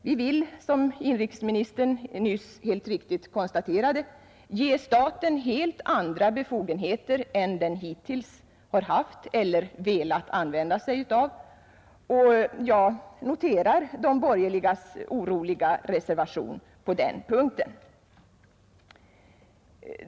Vi vill, som inrikesministern nyss alldeles riktigt konstaterade, ge staten helt andra befogenheter än den hittills har haft eller velat använda sig av, och jag noterar de borgerligas oroliga reservation på den punkten.